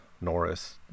norris